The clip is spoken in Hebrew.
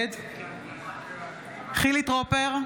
נגד חילי טרופר,